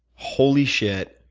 holy shit,